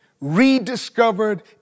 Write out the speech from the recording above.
rediscovered